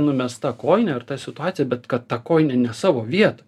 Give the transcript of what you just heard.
numesta kojinė ar ta situacija bet kad ta kojinė ne savo vietoj